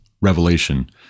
revelation